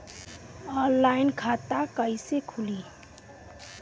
Online खाता कइसे खुली?